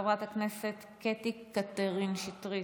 חברת הכנסת קטי קטרין שטרית,